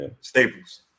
Staples